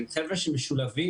הם חברה שמשולבים,